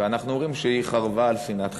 ואנחנו אומרים שהיא חרבה על שנאת חינם,